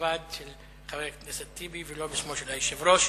בלבד של חבר הכנסת טיבי ולא בשמו של היושב-ראש.